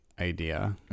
idea